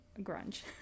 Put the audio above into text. grunge